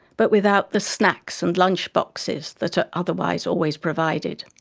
but without the snacks and lunchboxes that are otherwise always provided.